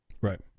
right